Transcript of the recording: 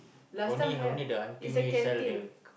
only only the aunty only sell the